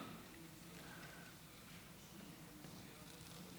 שלום, אדוני היושב-ראש.